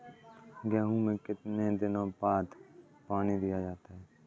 गेहूँ में कितने दिनों बाद पानी दिया जाता है?